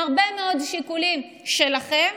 מהרבה מאוד שיקולים שלכם,